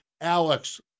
Alex